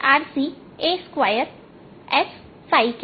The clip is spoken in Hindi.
0Q0e tRC 2RCa2s